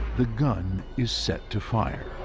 the gun is set to fire.